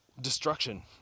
destruction